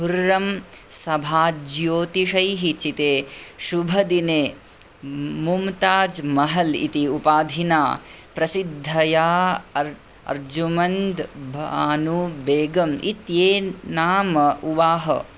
खुर्रम् सभाज्योतिषैः चिते शुभदिने मुम्ताज़् महल् इति उपाधिना प्रसिद्धया अर् अर्जुमन्द् बानु बेगम् इत्येन् नाम् उवाह